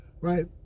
right